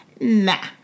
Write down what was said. nah